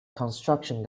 construction